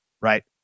right